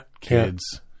kids